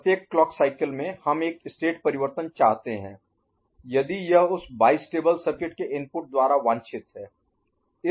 और प्रत्येक clock cycle में हम एक स्टेट परिवर्तन चाहते हैं यदि यह उस बाईस्टेबल सर्किट के इनपुट द्वारा वांछित है